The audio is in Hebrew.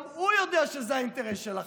גם הוא יודע שזה האינטרס של החמאס,